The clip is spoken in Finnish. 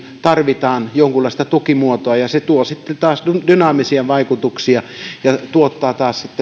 tarvitaan jonkunlaista tukimuotoa ja se tuo sitten taas dynaamisia vaikutuksia ja tuottaa